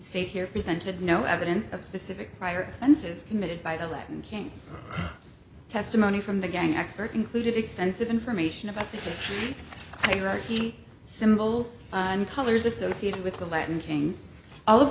state here presented no evidence of specific prior senses committed by the latin kings testimony from the gang expert included extensive information about iraqi symbols and colors associated with the latin king